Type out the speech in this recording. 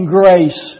grace